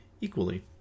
equally